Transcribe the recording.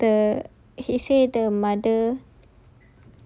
like the the he say the mother